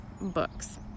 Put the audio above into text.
books